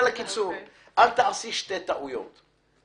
בכנסת: אל תעשי שתי טעויות.